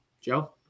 Joe